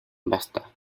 basta